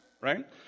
right